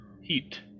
heat